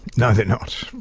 no, they're not.